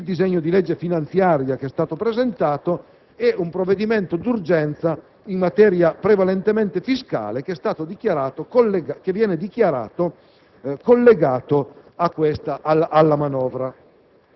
il disegno di legge finanziaria, che è stato presentato, e un provvedimento di urgenza, in materia prevalentemente fiscale, che viene dichiarato collegato alla manovra.